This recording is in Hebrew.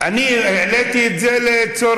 אני העליתי את זה לצורך